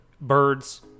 birds